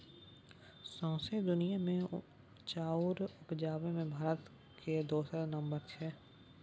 सौंसे दुनिया मे चाउर उपजाबे मे भारत केर दोसर नम्बर छै